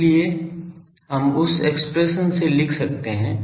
इसलिए हम उस एक्सप्रेशन से लिख सकते हैं